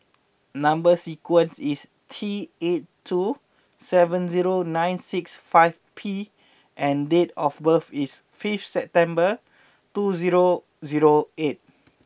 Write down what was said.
number sequence is T eight two seven zero nine six five P and date of birth is fifth September two zero zero eight